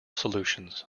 solutions